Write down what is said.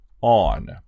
on